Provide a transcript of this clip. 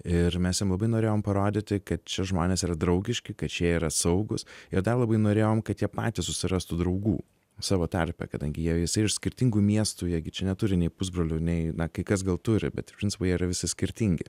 ir mes jiem labai norėjom parodyti kad čia žmonės yra draugiški kad čia jie yra saugūs ir dar labai norėjom kad jie patys susirastų draugų savo tarpe kadangi jie visi iš skirtingų miestų jie gi čia neturi nei pusbrolių nei na kai kas gal turi bet iš principo jie yra visi skirtingi